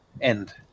end